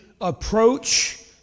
approach